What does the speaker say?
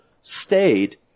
stayed